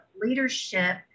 leadership